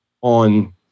on